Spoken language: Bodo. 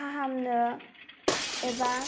फाहामनो एबा